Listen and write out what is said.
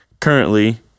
Currently